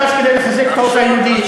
המשולש כדי לחזק את העורף היהודי?